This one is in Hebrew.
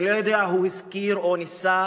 אני לא יודע אם הוא הזכיר או ניסה